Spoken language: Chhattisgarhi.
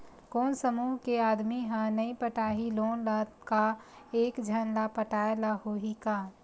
कोन समूह के आदमी हा नई पटाही लोन ला का एक झन ला पटाय ला होही का?